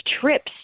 trips